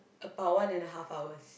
about one and a half hours